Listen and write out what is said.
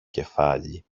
κεφάλι